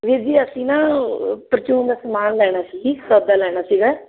ਵੀਰ ਜੀ ਅਸੀਂ ਨਾ ਪਰਚੂਨ ਦਾ ਸਮਾਨ ਲੈਣਾ ਸੀ ਜੀ ਸੌਦਾ ਲੈਣਾ ਸੀਗਾ